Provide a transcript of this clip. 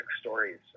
stories